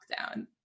lockdown